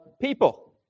people